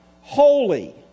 holy